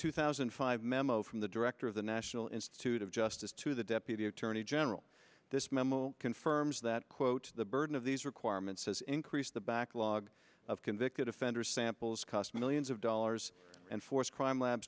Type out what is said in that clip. two thousand and five memo from the director of the national institute of justice to the deputy attorney general this memo confirms that quote the burden of these requirements has increased the backlog of convicted offender samples cost millions of dollars and force crime lab